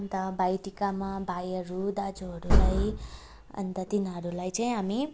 अन्त भाइटिकामा भाइहरू दाजुहरूलाई अन्त तिनीहरूलाई चाहिँ हामी